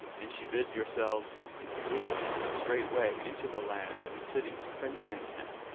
and she bids yourselves, if ye wish it, straightway enter the land and the city with friendly intent.